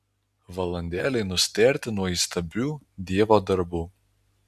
valandėlei nustėrti nuo įstabių dievo darbų